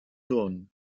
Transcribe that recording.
don